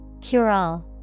Cure-all